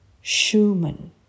Schumann